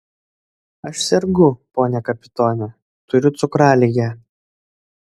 aš sergu pone kapitone turiu cukraligę